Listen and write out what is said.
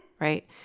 right